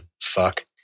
Fuck